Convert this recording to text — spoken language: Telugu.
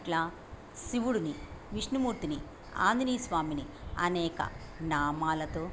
అట్లా శివుడిని విష్ణుమూర్తిని ఆంజనేయస్వామిని అనేక నామాలతో